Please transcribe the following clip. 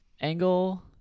angle